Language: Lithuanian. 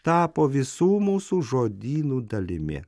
tapo visų mūsų žodynų dalimi